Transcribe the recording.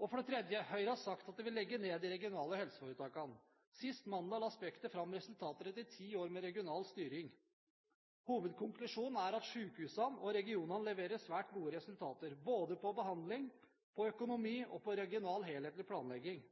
Høyre har sagt at de vil legge ned de regionale helseforetakene. Sist mandag la Spekter fram resultater etter ti år med regional styring. Hovedkonklusjonen er at sykehusene og regionene leverer svært gode resultater, både på behandling, økonomi og regional helhetlig planlegging,